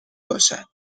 باشد